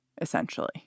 essentially